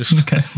Okay